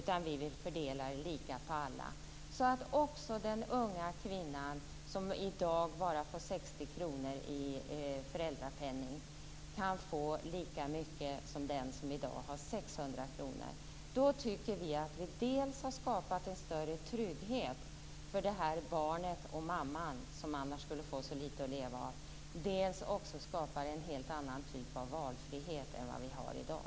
Vi vill fördela pengarna lika på alla, så att också den unga kvinna som i dag bara får 60 kr i föräldrapenning kan få lika mycket som den som i dag har 600 kr. Då tycker vi att vi har skapat dels en större trygghet för barnet och mamman, som annars skulle få så litet att leva av, dels en helt annan typ av valfrihet än vad vi har i dag.